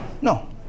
No